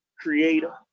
creator